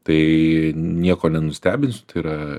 tai nieko nenustebinsiu tai yra